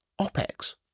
OPEX